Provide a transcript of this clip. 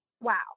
wow